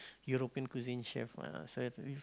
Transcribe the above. European cuisine chef one lah so